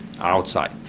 outside